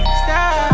stop